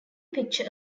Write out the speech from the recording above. picture